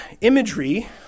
imagery